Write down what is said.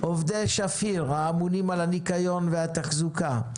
עובדי שפיר האמונים על הניקיון והתחזוקה,